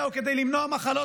הוא כדי למנוע מחלות מילדים.